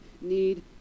need